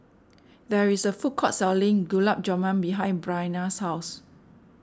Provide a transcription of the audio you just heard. there is a food court selling Gulab Jamun behind Bryana's house